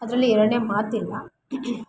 ಅದರಲ್ಲಿ ಎರಡನೇ ಮಾತಿಲ್ಲ